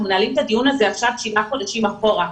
מנהלים את הדיון עכשיו שבעה חודשים אחורה,